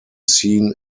seen